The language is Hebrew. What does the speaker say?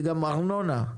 וגם ארנונה?